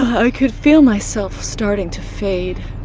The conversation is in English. i. could feel myself starting to fade.